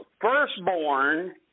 firstborn